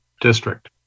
district